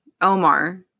Omar